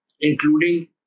including